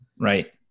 Right